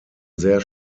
sehr